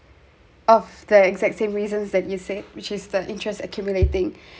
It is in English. of the exact same reasons that you said which is the interests accumulating